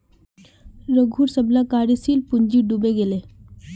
रघूर सबला कार्यशील पूँजी डूबे गेले